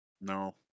No